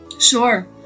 Sure